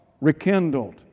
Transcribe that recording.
rekindled